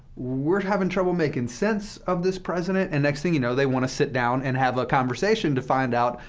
we're having trouble making sense of this president and next thing you know, they want to sit down and have a conversation to find out,